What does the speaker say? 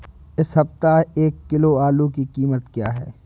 इस सप्ताह एक किलो आलू की कीमत क्या है?